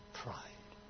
pride